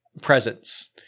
presence